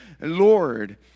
Lord